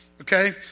okay